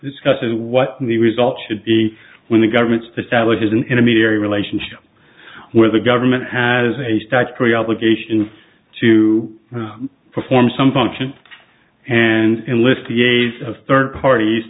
discusses what the result should be when the government establishes an intermediary relationship where the government has a statutory obligation to perform some function and lift the aid of third parties